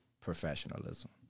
professionalism